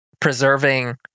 preserving